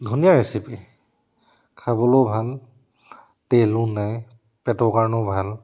ধুনীয়া ৰেচিপি খাবলৈও ভাল তেলো নাই পেটৰ কাৰণেও ভাল